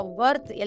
worth